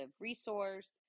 resource